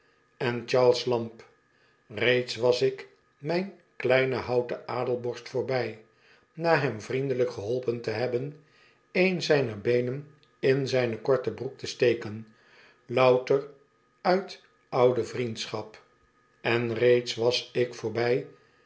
en charles lamb reeds was ik mijn kleinen houten adelborst voorbij na hem vriendelijk geholpen te hebben een zijner been en in zijne korte broek te steken louter uit oude vriendschap en reeds was ik voorbij